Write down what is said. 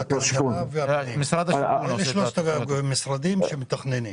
שלושה משרדים מתכננים.